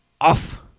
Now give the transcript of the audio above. Off